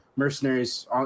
mercenaries